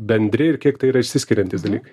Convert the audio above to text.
bendri ir kiek tai yra išsiskiriantys dalykai